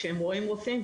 כשהם רואים רופאים,